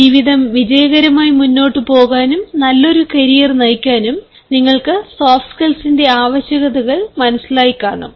ജീവിതം വിജയകരമായി മുന്നോട്ടു പോകാനും നല്ലൊരു കരിയർ നയിക്കാനും നിങ്ങൾക്ക് സോഫ്റ്റ് സ്കിൽസിന്റെ ആവശ്യകതകൾ മനസ്സിലായിക്കാണും